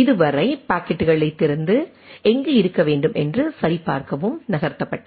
இது வரை பாக்கெட்டுகளைத் திறந்து எங்கு இருக்க வேண்டும் என்று சரிபார்க்கவும் நகர்த்தப்பட்டது